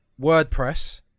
WordPress